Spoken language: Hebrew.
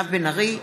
מירב בן ארי,